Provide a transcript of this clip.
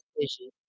decision